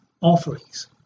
offerings